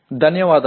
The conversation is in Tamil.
நன்றி